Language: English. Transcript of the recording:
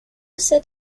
set